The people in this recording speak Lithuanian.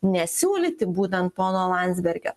nesiūlyti būdan pono landsbergio